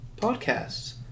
podcasts